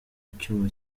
icyuma